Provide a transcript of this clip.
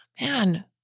man